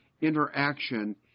interaction